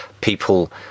people